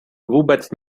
vůbec